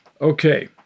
Okay